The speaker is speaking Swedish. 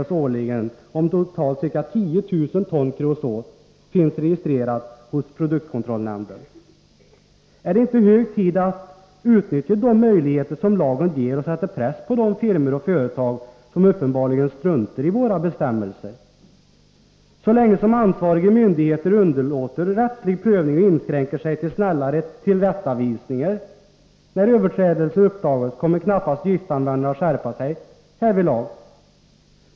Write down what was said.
Så länge som ansvariga myndigheter underlåter att tillgripa rättslig prövning och inskränker sig till snälla tillrättavisningar när överträdelser uppdagas kommer knappast giftanvändarna att skärpa sig härvidlag.